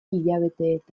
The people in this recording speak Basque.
hilabeteetan